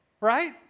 right